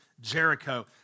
Jericho